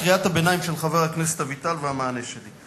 קריאת ביניים של חבר הכנסת אביטל והמענה שלי.